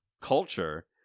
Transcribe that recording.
culture